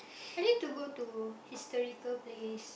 I need to go to historical place